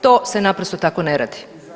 To se naprosto tako ne radi.